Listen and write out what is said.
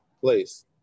place